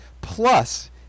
Plus